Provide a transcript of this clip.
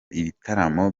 ibitaramo